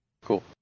Cool